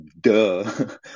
duh